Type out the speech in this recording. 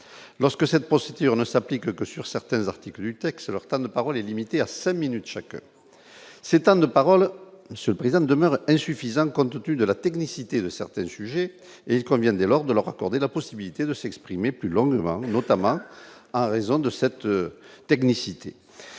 lorsque cette procédure ne s'applique le que sur certains articles du texte, leur temps de parole est limité à 5 minutes chacun, c'est de parole se présente demeure insuffisante compte tenu de la technicité de certains sujets et il convient dès lors de leur accorder la possibilité de s'exprimer plus longuement, notamment en raison de cette technicité